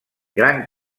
gran